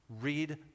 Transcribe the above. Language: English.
read